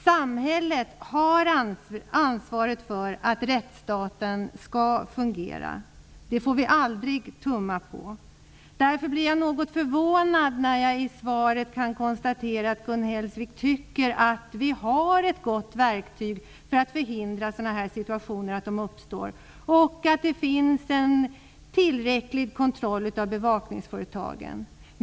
Samhället har ansvaret för att rättsstaten skall fungera -- det får vi aldrig tumma på. Därför blir jag något förvånad när jag i svaret kan konstatera att Gun Hellsvik tycker att vi har ett gott verktyg för att förhindra att sådana här situationer uppstår och att kontrollen av bevakningsföretagen är tillräcklig.